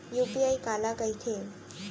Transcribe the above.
UPI काला कहिथे?